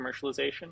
commercialization